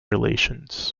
relations